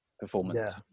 performance